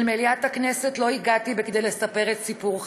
אל מליאת הכנסת לא הגעתי כדי לספר את סיפור חיי.